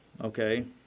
okay